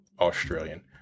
Australian